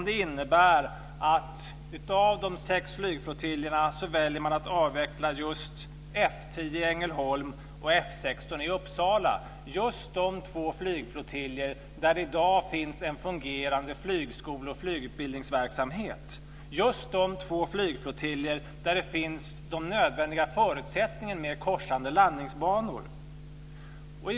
Det innebär att man av de sex flygflottiljerna väljer att avveckla just F 10 i Ängelholm och F 16 i Uppsala - just de två flygflottiljer där det i dag finns en fungerande flygskole och flygutbildningsverksamhet, just de två flygflottiljer där den nödvändiga förutsättningen korsande landningsbanor finns.